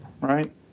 Right